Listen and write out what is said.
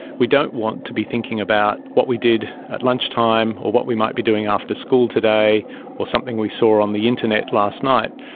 we don't want to be thinking about what we did at lunchtime or what we might be doing after school today or something we saw on the internet last night,